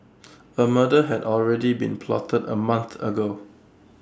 A murder had already been plotted A month ago